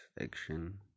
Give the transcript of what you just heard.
action